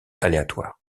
aléatoire